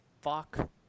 fuck